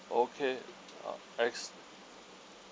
okay uh ex~